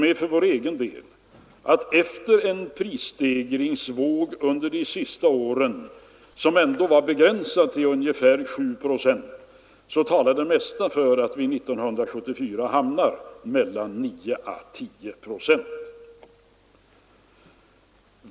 Efter denna prisstegringsvåg under de senaste åren, som ändå var begränsad till ungefär 7 procent, talar det mesta för att vårt land 1974 hamnar mellan 9 och 10 procent.